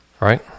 Right